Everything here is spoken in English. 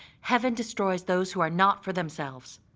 heaven destroys those who are not for themselves,